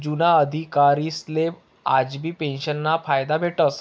जुना अधिकारीसले आजबी पेंशनना फायदा भेटस